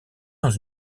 dans